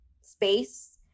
space